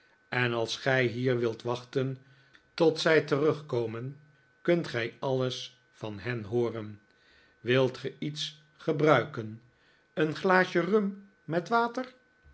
en als gij hier wilt wachten tot zij terugkomen kunt gij alles van hen hooren wilt ge iets gebruiken een glaasje rum met water